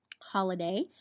holiday